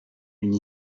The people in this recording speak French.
une